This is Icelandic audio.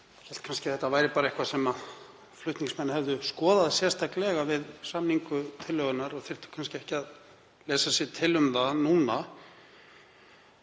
hélt kannski að þetta væri eitthvað sem flutningsmenn hefðu skoðað sérstaklega við samningu tillögunnar og þyrftu kannski ekki að lesa sér til um það núna.